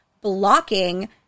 blocking